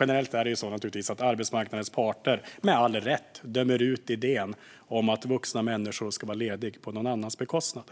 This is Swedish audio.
Generellt är det naturligtvis så att arbetsmarknadens parter med all rätt dömer ut idén om att vuxna människor ska vara lediga på någon annans bekostnad.